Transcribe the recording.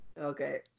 Okay